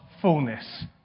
fullness